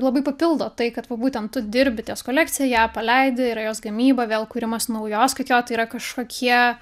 labai papildo tai kad va būtent tu dirbi ties kolekcija ją paleidi yra jos gamyba vėl kūrimas naujos kad jo tai yra kažkokie